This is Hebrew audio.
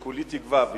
אני כולי תקווה,